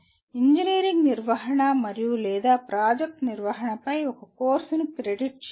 engineering నిర్వహణ మరియు లేదా ప్రాజెక్ట్ నిర్వహణపై ఒక కోర్సును క్రెడిట్ చేయండి